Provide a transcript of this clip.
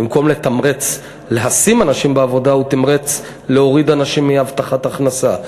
במקום לתמרץ להשים אנשים בעבודה הוא תמרץ להוריד אנשים מהבטחת הכנסה.